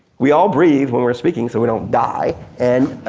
we all breathe when we're speaking so we don't die and,